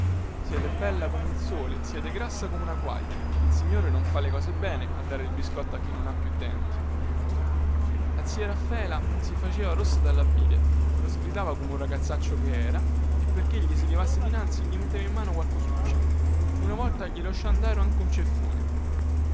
siete bella come il sole siete grassa come una quaglia il signore non fa le cose bene a dare il biscotto a chi non ha più denti la zia raffaela si faceva rossa dalla bile lo sgridava come un ragazzaccio che era e perchè gli si levasse dinanzi gli metteva in mano qualche cosuccia una volta gli lasciò andare anche un ceffone